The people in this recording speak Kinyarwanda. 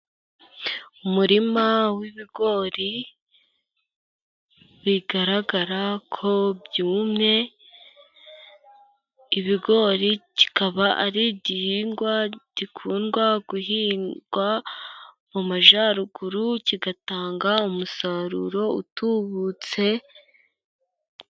Umurima w'ibigori bigaragara ko byumye. Ikigori kikaba ari igihingwa gikundwa guhingwa mu Majyaruguru, kigatanga umusaruro utubutse.